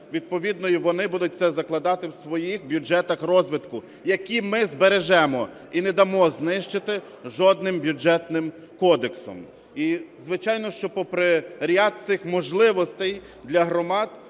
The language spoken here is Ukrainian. відповідно й вони будуть це закладати у своїх бюджетах розвитку, які ми збережемо і не дамо знищити жодним бюджетним кодексом. І звичайно, що, попри ряд цих можливостей для громад,